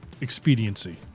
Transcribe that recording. Expediency